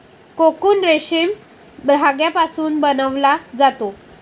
cocoon रेशीम धाग्यापासून बनवला जातो